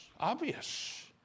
obvious